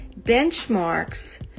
benchmarks